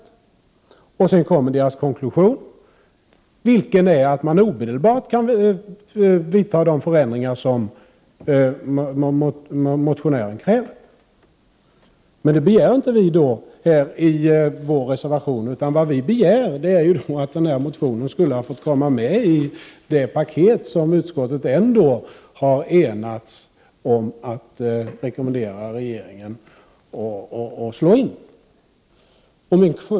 Sedan kommer psykiatriska nämndens konklusion, vilken är att man omedelbart kan vidta de förändringar som motionären kräver. Detta begär vi emellertid inte i vår reservation, utan vad vi begär är att den där motionen skulle ha fått komma med i det paket som utskottet ändå har enats om att rekommendera regeringen att slå in.